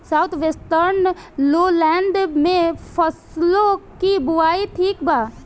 South western lowland में फसलों की बुवाई ठीक बा?